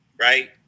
right